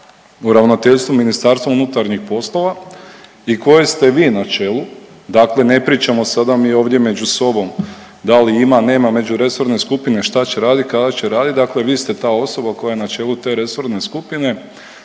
u Ravnateljstvu MUP-a i koje ste vi na čelu. Dakle, ne pričamo sada mi ovdje među sobom da li ima, nema međuresorne skupine šta će raditi, kada će raditi, dakle vi ste ta osoba koja je na čelu te resorne skupine